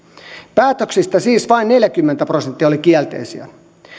päätöksistä siis vain neljäkymmentä prosenttia oli kielteisiä